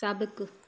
साबिक़ु